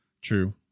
True